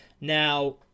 Now